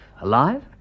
Alive